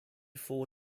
four